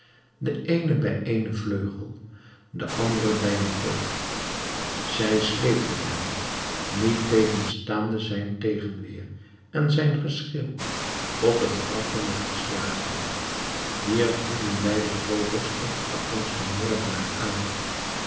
de eene bij een vleugel de andere bij een poot zij sleepten hem niettegenstaande zijn tegenweer en zijn geschreeuw op het graf van den verslagene hier vielen beide vogels op den beangsten moordenaar aan